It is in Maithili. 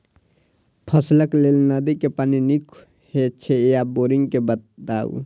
फसलक लेल नदी के पानी नीक हे छै या बोरिंग के बताऊ?